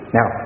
Now